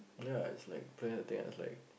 ya it's like playing with the thing I was like